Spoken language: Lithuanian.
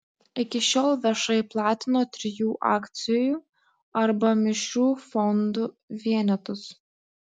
iki šiol viešai platino trijų akcijų arba mišrių fondų vienetus